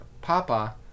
Papa